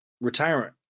retirement